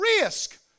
risk